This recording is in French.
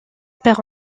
père